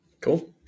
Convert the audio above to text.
Cool